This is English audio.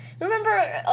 remember